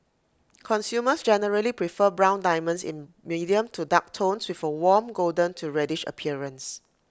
consumers generally prefer brown diamonds in medium to dark tones with A warm golden to reddish appearance